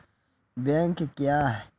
Bank क्या हैं?